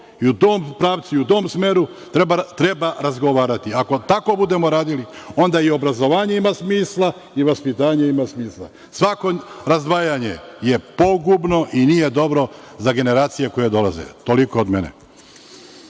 i u tom pravcu i u tom smeru treba razgovarati. Ako tako budemo radili, onda i obrazovanje ima smisla i vaspitanje ima smisla. Svako razdvajanje je pogubno i nije dobro za generacije koje dolaze. Toliko od mene.